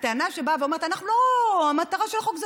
הטענה באה ואומרת: המטרה של החוק היא